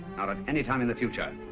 not at any time in the future.